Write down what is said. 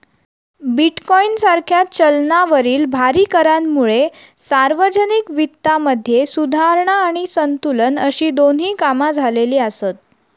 bitcoin सारख्या चलनावरील भारी करांमुळे सार्वजनिक वित्तामध्ये सुधारणा आणि संतुलन अशी दोन्ही कामा झालेली आसत